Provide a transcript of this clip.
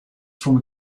from